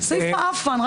סעיף "מעאפן".